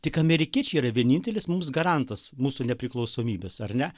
tik amerikiečiai yra vienintelis mums garantas mūsų nepriklausomybės ar ne